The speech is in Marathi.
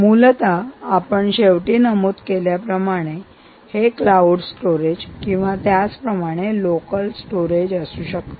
मूलतः आपण शेवटी नमूद केल्याप्रमाणे हे क्लाऊड स्टोरेज किंवा त्याचप्रमाणे लोकल स्टोरेज असू शकते